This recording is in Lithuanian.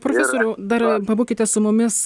profesoriau dar pabūkite su mumis